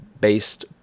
based